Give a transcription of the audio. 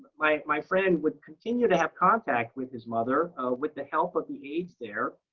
my my friend would continue to have contact with his mother with the help of the aides there.